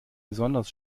besonders